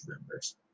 members